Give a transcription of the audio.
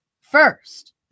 first